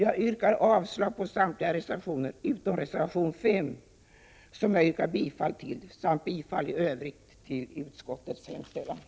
Jag yrkar bifall till reservation 5 samt i övrigt till utskottets hemställan, vilket innebär avslag på resterande reservationer.